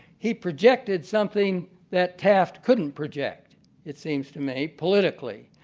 he projected something that taft couldn't project it seems to me politically.